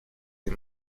des